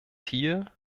hier